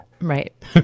right